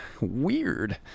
weird